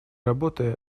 работы